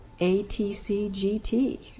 ATCGT